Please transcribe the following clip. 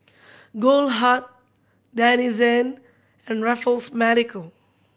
Goldheart Denizen and Raffles Medical